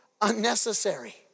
unnecessary